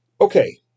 Okay